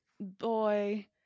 boy